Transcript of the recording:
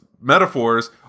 metaphors